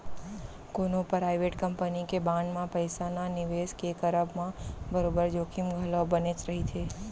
कोनो private company के bond म पइसा न निवेस के करब म बरोबर जोखिम घलौ बनेच रहिथे